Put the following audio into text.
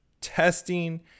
testing